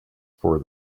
for